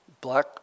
black